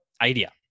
idea